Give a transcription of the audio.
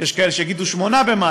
יש כאלה שיגידו 8 במאי,